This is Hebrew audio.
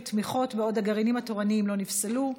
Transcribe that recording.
תמיכות בעוד הגרעינים התורניים לא נפסלו.